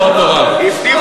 לא רוצים